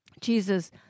Jesus